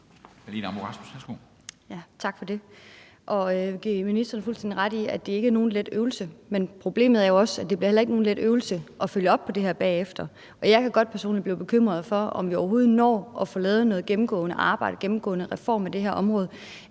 Tak for det. Jeg vil give ministeren fuldstændig ret i, at det ikke er nogen let øvelse. Men problemet er jo også, at det heller ikke bliver nogen let øvelse at følge op på det her bagefter. Og jeg kan godt personligt blive bekymret for, om vi overhovedet når at få lavet noget gennemgående arbejde med en reform af det her område,